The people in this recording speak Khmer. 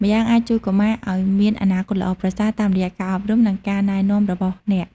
ម្យ៉ាងអាចជួយកុមារឱ្យមានអនាគតល្អប្រសើរ តាមរយៈការអប់រំ និងការណែនាំរបស់អ្នក ។